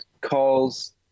calls